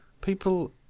People